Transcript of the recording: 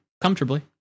comfortably